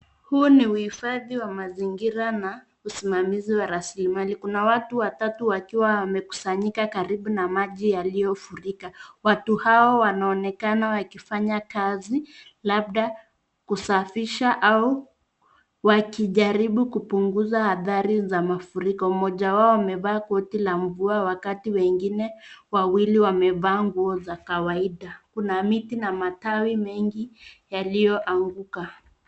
Huu ni uhifadhi wa mazingira na usimamizi wa rasilimali, kuna watu watatu wakiwa wamekusanyika karibu na maji yaliyofurika. Watu hawa wanaonekana wakifanya kazi labda kusafisha au wakijaribu kupunguza athari za mafuriko. Mmoja wao amevaa koti la mvua wakati wengine wawili wamevaa nguo za kawaida. Kuna miti na matawi mengi yaliyoanguka.